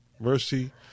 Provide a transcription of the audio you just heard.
Mercy